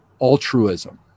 altruism